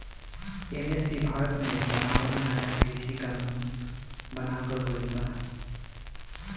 MSP Bharat मे बनावल नाया कृषि कानून बनाकर गइल बा